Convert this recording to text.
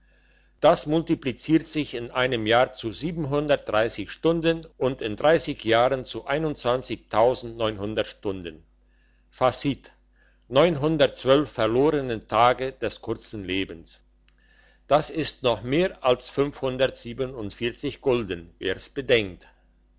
das multipliziert sich in einem jahr zu stunden und in dreissig jahren zu stunden facit verlorenen tage des kurzen lebens das ist noch mehr als gulden wer's bedenkt